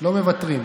לא מוותרים.